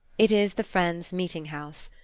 it is the friends' meeting-house.